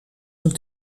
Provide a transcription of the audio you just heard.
zijn